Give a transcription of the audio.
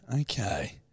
Okay